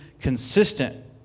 consistent